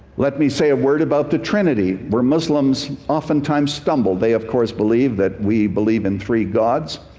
let me say a word about the trinity, where muslims oftentimes stumble. they of course believe that we believe in three gods.